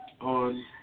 on